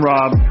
Rob